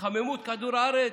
התחממות כדור הארץ,